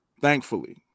thankfully